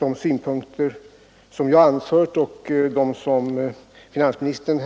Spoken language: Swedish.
mina synpunkter och finansministerns.